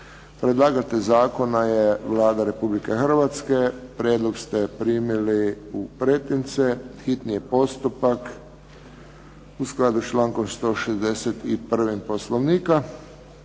Predlagatelj zakona je Vlada Republike Hrvatske. Prijedlog ste primili u pretince. Hitni je postupak u skladu s člankom 161. Poslovnika.